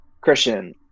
Christian